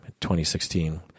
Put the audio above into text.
2016